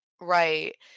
right